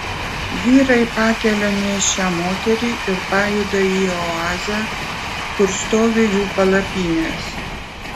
vyrai pakelia nėščią moterį ir pajuda į oazę kur stovi jų palapinės